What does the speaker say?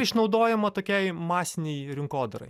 išnaudojama tokiai masinei rinkodarai